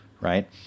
right